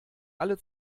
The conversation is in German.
alle